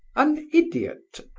an idiot!